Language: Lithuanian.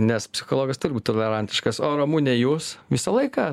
nes psichologas turi būt tolerantiškas o ramune jūs visą laiką